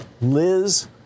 Liz